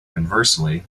conversely